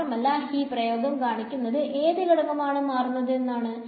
മാത്രമല്ല ഈ പ്രയോഗം കാണിക്കുന്നത് ഏത് ഘടകം ആണ് മാറുന്നത് എന്നാണ്